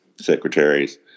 secretaries